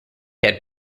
had